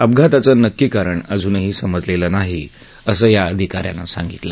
अपघाताचं नक्की कारण अजून समजलेलं नाही असं या अधिका यानं सांगितलं